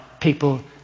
people